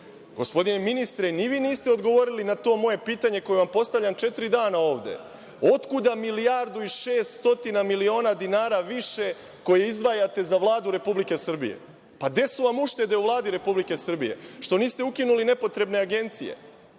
Srbije? Gospodine ministre, ni vi niste odgovorili na moje pitanje koje vam postavljam četiri dana ovde. Odkud milijardu i 600 miliona dinara više koje izdvajate za Vladu Republike Srbije? Gde su vam uštede u Vladi Republike Srbije? Što niste ukinuli nepotrebne agencije,